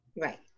Right